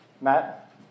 Matt